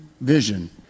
vision